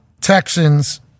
Texans